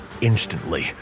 instantly